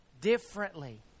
differently